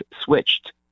switched